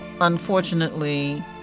Unfortunately